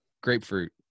Grapefruit